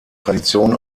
tradition